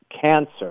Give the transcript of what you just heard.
cancer